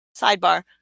Sidebar